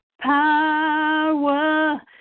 power